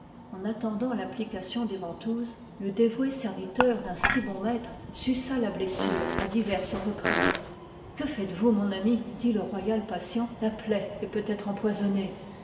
en attendant l'application des ventouses le dévoué serviteur d'un si bon maître suça la blessure à diverses reprises que faitesvous mon ami dit le royal patient la plaie est peut-être empoisonnée